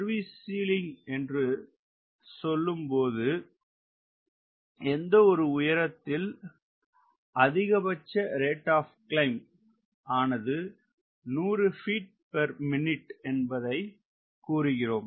service ceiling என்று சொல்லும் போது எந்த ஒரு உயரத்தில் அதிகபட்ச rate of climb Maximum Rater of ClimbROC ஆனது 100 பீட் பர் மினிட் என்பதை கூறுகிறோம்